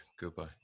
Goodbye